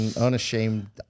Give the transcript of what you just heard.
unashamed